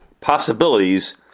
possibilities